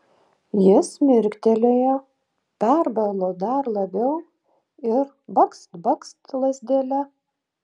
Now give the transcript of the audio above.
jis mirktelėjo perbalo dar labiau ir bakst bakst lazdele